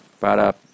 para